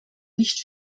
nicht